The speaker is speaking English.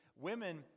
women